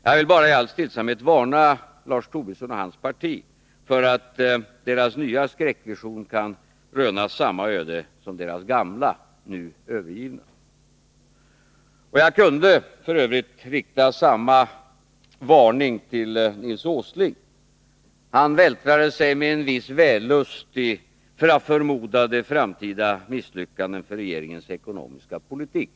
Jag vill bara i all stillsamhet varna Lars Tobisson och hans parti för att deras nya skräckvision kan röna samma öde som deras gamla, nu övergivna. Jag kunde f. ö. rikta samma varning till Nils Åsling. Han vältrade sig med en viss vällust i förmodade framtida misslyckanden för regeringens ekonomiska politik.